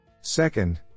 Second